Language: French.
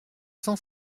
cent